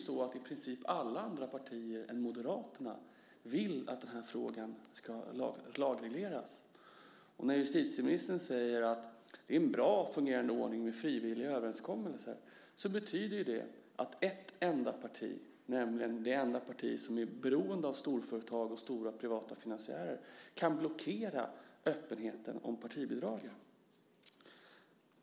I princip alla partier utom Moderaterna vill att det ska lagregleras i den här frågan. När justitieministern säger att det är en väl fungerande ordning att ha frivilliga överenskommelser betyder det att ett enda parti, nämligen det enda partiet som är beroende av storföretag och stora privata finansiärer, kan blockera öppenheten kring partibidragen.